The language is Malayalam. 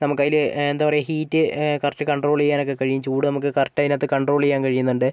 നമുക്കതിൽ എന്താ പറയാ ഹീറ്റ് കറക്റ്റ് കൺട്രോള് ചെയ്യാനൊക്കെ കഴിയും ചൂട് നമുക്ക് കറക്റ്റ് അതിനകത്ത് കൺട്രോള് ചെയ്യാൻ കഴിയുന്നുണ്ട്